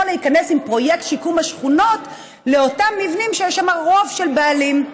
להיכנס עם פרויקט שיקום השכונות לאותם מבנים שיש שם רוב של בעלים.